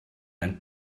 and